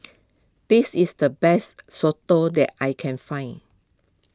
this is the best Soto that I can find